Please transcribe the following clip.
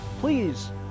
please